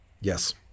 Yes